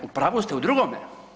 U pravu ste u drugome.